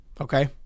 Okay